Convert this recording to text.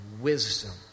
wisdom